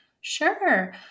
sure